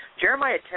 Jeremiah